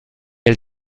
elle